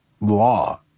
law